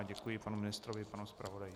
Děkuji panu ministrovi i panu zpravodaji.